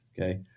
okay